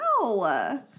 Wow